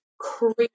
crazy